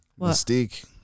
Mystique